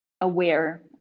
aware